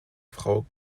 frau